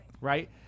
Right